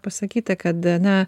pasakyta kad na